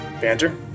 Banter